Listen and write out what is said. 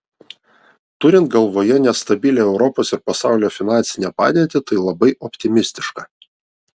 turint galvoje nestabilią europos ir pasaulio finansinę padėtį tai labai optimistiška